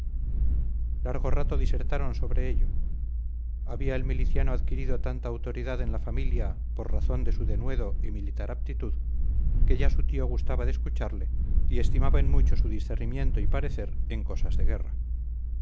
largo rato disertaron sobre ello había el miliciano adquirido tanta autoridad en la familia por razón de su denuedo y militar aptitud que ya su tío gustaba de escucharle y estimaba en mucho su discernimiento y parecer en cosas de guerra